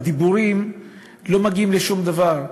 בדיבורים לא מגיעים לשום דבר.